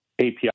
API